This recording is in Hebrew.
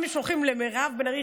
אם הם שולחים למירב בן ארי,